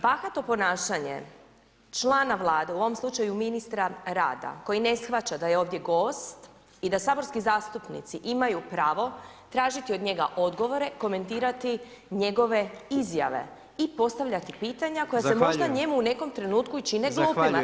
Bahato ponašanje člana vlade u ovom slučaju ministra rada, koji ne shvaća da je ovdje gost i da saborski zastupnici imaju pravo tražiti od njega odgovore, komentirati njegove izjave i postavljati pitanja koja se možda njemu u nekom trenutku i čini glupim.